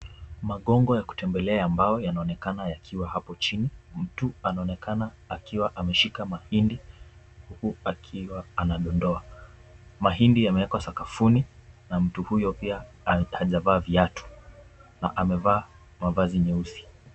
Magongo ya kutembelea ya mbao yanaonekana yakiwa hapo chini. Mtu anaonekana akiwa ameshika mahindi huku akiwa anadondoa. Mahindi yamewekwa sakafuni na mtu huyo pia hajavaa viatu na amevaa mavazi nyeusi.